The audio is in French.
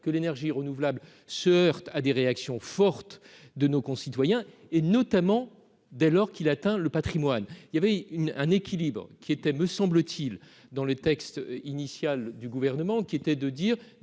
que l'énergie renouvelable, se heurte à des réactions fortes de nos concitoyens et notamment dès lors qu'il atteint le Patrimoine il y avait une un équilibre qui était, me semble-t-il, dans le texte initial du gouvernement, qui était de dire